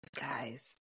guys